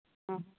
ᱚ